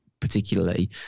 Particularly